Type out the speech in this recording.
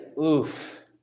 oof